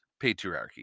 patriarchy